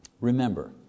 remember